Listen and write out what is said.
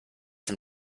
dem